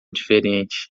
diferente